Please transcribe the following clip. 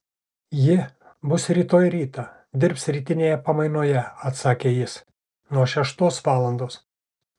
ji bus rytoj rytą dirbs rytinėje pamainoje atsakė jis nuo šeštos valandos